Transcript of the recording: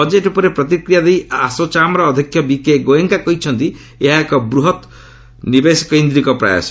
budget ଉପରେ ପ୍ରତିକ୍ରିୟା ଦେଇ ଆସୋଚାମ୍ର ଅଧ୍ୟକ୍ଷ ବିକେ ଗୋଏଙ୍କା କହିଛନ୍ତି ଏହା ଏକ ବୃହତ୍ ନିବେଶକୈନ୍ଦ୍ରିକ ପ୍ରୟାସ